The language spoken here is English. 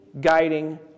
guiding